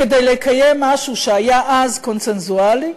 כדי לקיים משהו שהיה אז קונסנזואלי,